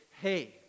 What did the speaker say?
hey